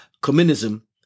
communism